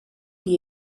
die